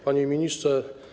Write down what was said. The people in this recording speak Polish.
Panie Ministrze!